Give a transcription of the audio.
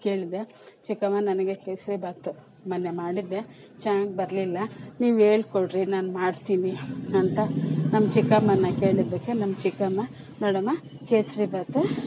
ಕೇಳಿದೆ ಚಿಕ್ಕಮ್ಮ ನನಗೆ ಕೇಸರಿ ಬಾತು ಮೊನ್ನೆ ಮಾಡಿದ್ದೆ ಚೆನ್ನಾಗಿ ಬರಲಿಲ್ಲ ನೀವು ಹೇಳಿಕೊಡ್ರಿ ನಾನು ಮಾಡ್ತೀನಿ ಅಂತ ನಮ್ಮ ಚಿಕ್ಕಮ್ಮನ ಕೇಳಿದ್ದಕ್ಕೆ ನಮ್ಮ ಚಿಕ್ಕಮ್ಮ ನೋಡಮ್ಮ ಕೇಸರಿ ಬಾತು